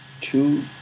Two